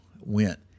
went